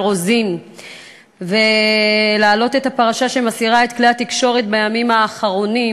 רוזין ולהעלות את הפרשה שמסעירה את כלי התקשורת בימים האחרונים,